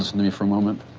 listen to me for a moment.